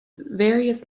various